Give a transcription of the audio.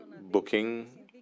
booking